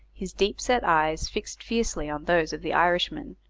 his deep-set eyes fixed fiercely on those of the irishman,